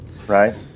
Right